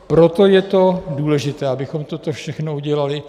Proto je to důležité, abychom toto všechno udělali.